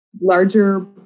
larger